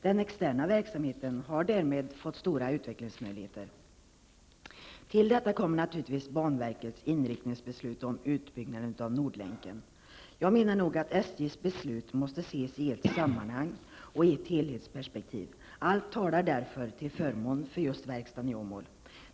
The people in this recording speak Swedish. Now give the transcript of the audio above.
Den externa verksamheten har därmed fått stora utvecklingsmöjligheter. Till detta kommer banverkets beslut om utbyggnaden av nordlänken. Jag menar nog att SJs beslut måste ses i ett sammanhang och i ett helhetsperspektiv. Allt talar därför till förmån för just verkstaden i Åmål.